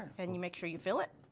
and you make sure you fill it.